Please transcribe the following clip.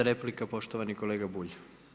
5. replika, poštovani kolega Bulj.